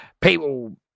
people